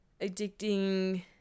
addicting